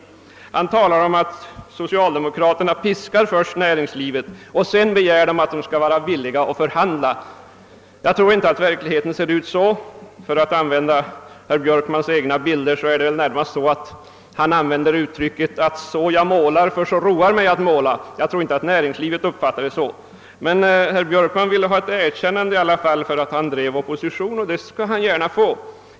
Herr Björkman talar om att socialdemokraterna först piskar näringslivet och sedan begär att detta skall vara villigt att förhandla. Jag tror inte att verkligheten ser ut så. För att använda herr Björkmans egna bilder är det väl närmast så att han använder uttrycket »så jag målar, ty det roar mig att måla så». Jag tror inte att näringslivet uppfattar saken så. Herr Björkman ville i alla fall ha ett erkännande för att han driver opposition. Det skall han gärna få.